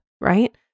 right